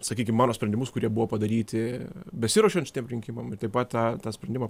sakykim mano sprendimus kurie buvo padaryti besiruošiant šitiems rinkimam ir taip pat tą tą sprendimą